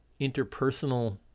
interpersonal